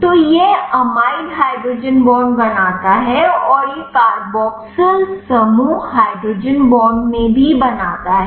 तो यह amide hydrogen bond बनाता है और यह कार्बोक्सिल समूह हाइड्रोजन बॉन्ड में भी बनता है